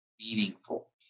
meaningful